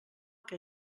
que